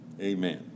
Amen